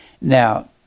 Now